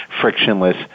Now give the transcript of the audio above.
frictionless